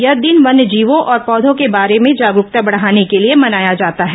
यह दिन वन्यजीवों और पौधों के बारे में जागरूकता बढ़ाने के लिए मनाया जाता है